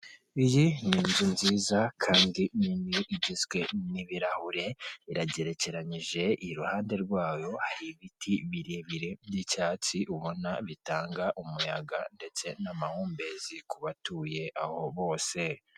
Iyi ni inzu nziza kandi nini, igizwe n'ibirahure, iragerekeranyije, iruhande rwayo hari ibiti birebire by'icyatsi, ubona bitanga umuyaga ndetse n'amahumbezi ku batuye aho bose.